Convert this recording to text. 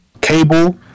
Cable